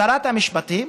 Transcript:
שרת המשפטים